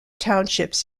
townships